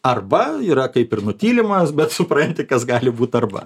arba yra kaip ir nutylimas bet supranti kas gal būti arba